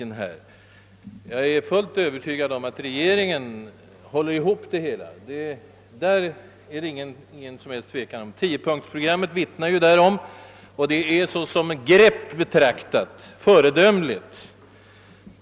Jag är fullt övertygad om att regeringen håller ihop det hela — därom råder det ingen tvekan. Det vittnar bl.a. tiopunktsprogrammet om och detta är såsom grepp betraktat föredömligt.